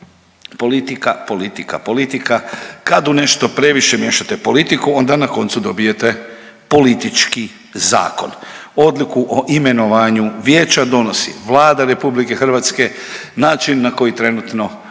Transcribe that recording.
Politika, politika, politika kad u nešto previše miješate politiku onda na koncu dobijete politički zakon. Odluku o imenovanju vijeća donosi Vlada RH. Način na koji trenutno